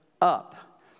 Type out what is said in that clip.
up